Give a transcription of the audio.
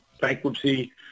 bankruptcy